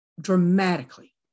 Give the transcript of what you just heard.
dramatically